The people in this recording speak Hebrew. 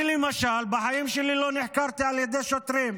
אני למשל, בחיים שלי לא נחקרתי על ידי שוטרים,